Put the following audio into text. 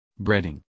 Breading